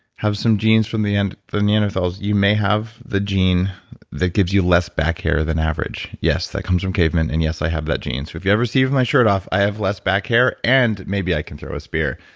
have some genes from the and the neanderthals, you may have the gene that gives you less back hair than average. yes, that comes from cavemen and yes, i have that gene. so if you ever see me with my shirt off, i have less back hair and maybe i can throw a spear.